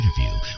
interview